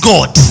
God